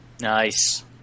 Nice